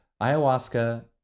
ayahuasca